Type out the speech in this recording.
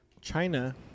China